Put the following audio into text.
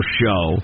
show